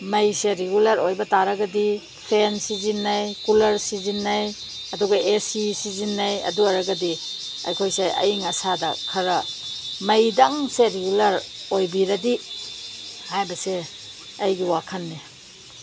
ꯃꯩꯁꯦ ꯔꯤꯒꯨꯂꯔ ꯑꯣꯏꯕ ꯇꯥꯔꯒꯗꯤ ꯐꯦꯟ ꯁꯤꯖꯤꯟꯅꯩ ꯀꯨꯂꯔ ꯁꯤꯖꯤꯟꯅꯩ ꯑꯗꯨꯒ ꯑꯦ ꯁꯤ ꯁꯤꯖꯤꯟꯅꯩ ꯑꯗꯨ ꯑꯣꯏꯔꯒꯗꯤ ꯑꯩꯈꯣꯏꯁꯦ ꯑꯏꯪ ꯑꯁꯥꯗ ꯈꯔ ꯃꯩꯗꯪꯁꯦ ꯔꯤꯒꯨꯂꯔ ꯑꯣꯏꯕꯤꯔꯗꯤ ꯍꯥꯏꯕꯁꯦ ꯑꯩꯒꯤ ꯋꯥꯈꯜꯅꯤ